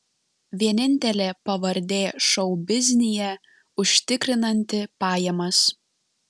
vienintelė pavardė šou biznyje užtikrinanti pajamas